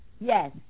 Yes